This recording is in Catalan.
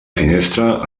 finestra